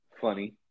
Funny